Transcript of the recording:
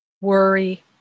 worry